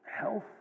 health